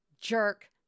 jerk